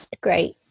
great